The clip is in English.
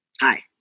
Hi